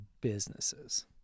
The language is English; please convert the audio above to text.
businesses